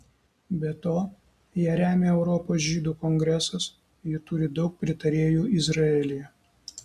be to ją remia europos žydų kongresas ji turi daug pritarėjų izraelyje